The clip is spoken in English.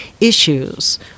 issues